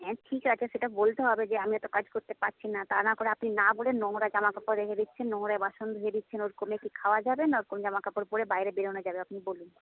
হ্যাঁ ঠিক আছে সেটা বলতে হবে যে আমি এতো কাজ করতে পারছি তা না করে আপনি না বলে নোংরা জামা কাপড় রেখে দিচ্ছেন নোংরায় বাসন ধুয়ে দিচ্ছেন ওরম করলে কি খাওয়া যাবে না কোনো জামা কাপড় পরে বাইরে বেরোনো যাবে আপনি বলুন